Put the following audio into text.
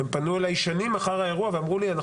הם פנו אליי שנים לאחר האירוע ואמרו לי אנחנו